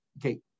okay